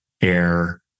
air